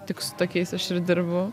tik su tokiais aš ir dirbu